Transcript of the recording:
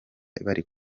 bari